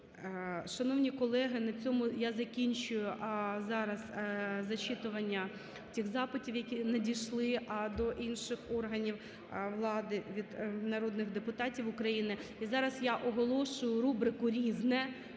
Шановні колеги, на цьому я закінчую зараз зачитування тих запитів, які надійшли до інших органів влади від народних депутатів України. І зараз я оголошую рубрику "Різне".